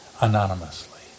anonymously